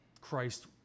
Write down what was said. Christ